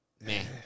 Man